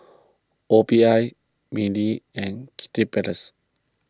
O P I Mili and Kiddy Palace